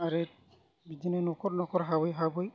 आरो बिदिनो न'खर न'खर हाबै हाबै